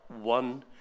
one